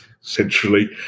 centrally